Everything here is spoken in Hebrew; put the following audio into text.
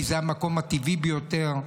כי זה המקום הטבעי ביותר,